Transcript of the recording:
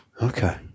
Okay